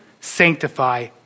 sanctify